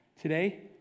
Today